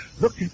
Look